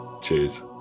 Cheers